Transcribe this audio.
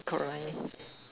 correct